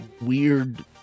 weird